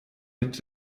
mit